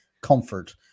comfort